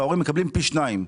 וההורים מקבלים פי שניים.